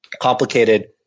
complicated